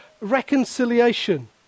reconciliation